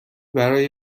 برای